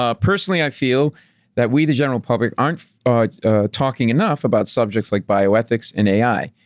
ah personally i feel that we the general public aren't talking enough about subjects like bioethics and ai.